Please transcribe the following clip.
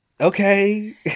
Okay